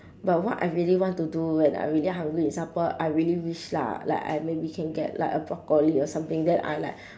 but what I really what to do when I really hungry in supper I really wish lah like I maybe can get like a broccoli or something then I like